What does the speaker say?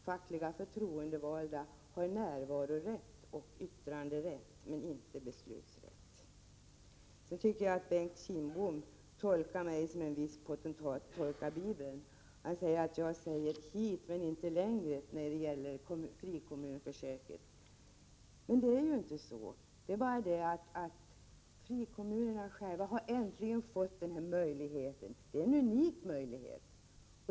Fackligt förtroendevalda har närvarorätt och yttranderätt, men inte beslutanderätt. Jag tycker att Bengt Kindbom tolkade mig som en viss potentat tolkar Bibeln. Han menade att jag säger ”hit men inte längre” när det gäller frikommunsförsöket. Men det är ju inte på det sättet. Frikommunerna har äntligen fått den här möjligheten, som är unik.